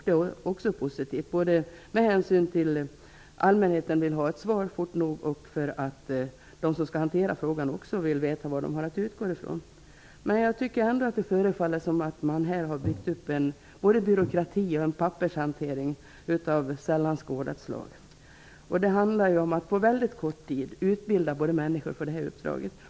Det är också positivt, både med hänsyn till att allmänheten vill ha ett svar fort och för att de som skall hantera frågan vill veta vad de har att utgå från. Jag tycker ändå att det förefaller som om man har byggt upp en byråkrati och en pappershantering av sällan skådat slag. Det handlar om att på mycket kort tid utbilda människor för det här uppdraget.